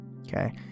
okay